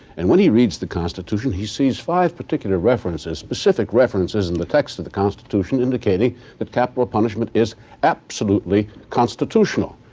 and when he reads the constitution, he sees five particular references, specific references in the text of the constitution indicating that capital punishment is absolutely constitutional.